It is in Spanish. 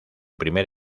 primer